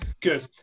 good